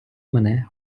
мене